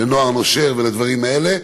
לנוער נושר ולדברים האלה,